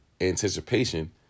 anticipation